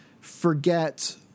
forget